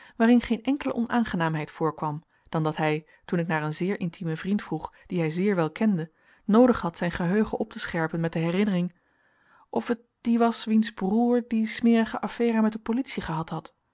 waarin geen enkele onaangenaamheid voorkwam dan dat hij toen ik naar een zeer intiemen vriend vroeg dien hij zeer wel kende noodig had zijn geheugen op te scherpen met de herinnering of het die was wiens broer die smerige affaire met de politie gehad had